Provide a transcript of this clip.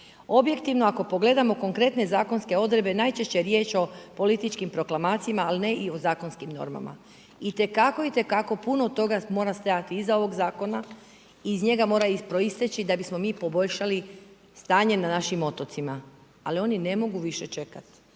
Objektivno ako pogledamo konkretne zakonske odredbe najčešće je riječ o političkim proklamacijama, ali ne i o zakonskim normama. Itekako, itekako puno toga mora stajati iza ovog zakona, iz njega mora proisteći da bismo mi poboljšali stanje na našim otocima ali oni ne mogu više čekati.